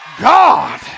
God